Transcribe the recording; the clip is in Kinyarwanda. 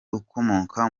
ukomoka